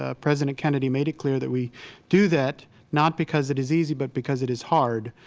ah president kennedy made it clear that we do that not because it is easy, but because it is hard.